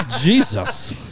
Jesus